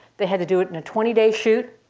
they had to do it in a twenty day shoot.